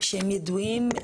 כך קובע החוק